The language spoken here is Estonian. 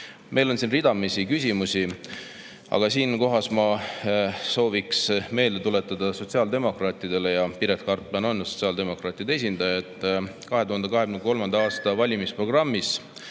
Meil on siin ridamisi küsimusi. Aga siinkohal ma sooviks meelde tuletada sotsiaaldemokraatidele – ja Piret Hartman on sotsiaaldemokraatide esindaja –, et 2023. aasta valimisprogrammis